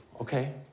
okay